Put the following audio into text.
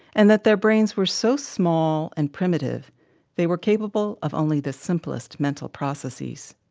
and that their brains were so small and primitive they were capable of only the simplest mental processes.